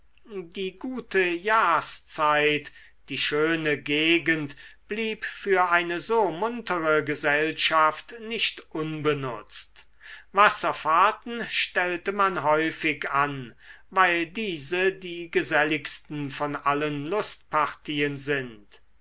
die gute jahrszeit die schöne gegend blieb für eine so muntere gesellschaft nicht unbenutzt wasserfahrten stellte man häufig an weil diese die geselligsten von allen lustpartien sind